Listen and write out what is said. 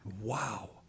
wow